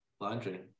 Laundry